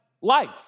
Life